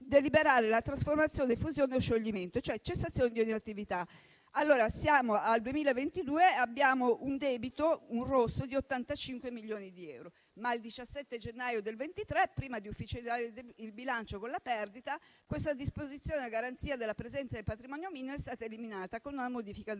per la trasformazione, la fusione o lo scioglimento, cioè la cessazione di ogni attività. Allora, siamo al 2022 e abbiamo un debito (un rosso!) di 85 milioni di euro, ma il 17 gennaio 2023, prima di ufficializzare il bilancio con la perdita, questa disposizione a garanzia della presenza del patrimonio minimo è stata eliminata con una modifica dello